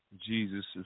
Jesus